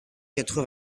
quatre